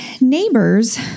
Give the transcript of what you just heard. neighbors